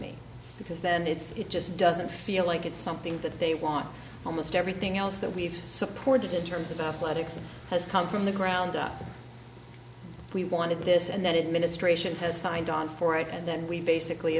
me because then it's it just doesn't feel like it's something that they want almost everything else that we've supported in terms of athletics has come from the ground up we wanted this and that it ministration has signed on for it and then we basically